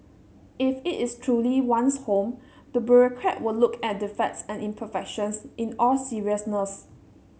if it is truly one's home the bureaucrat would look at defects and imperfections in all seriousness